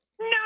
no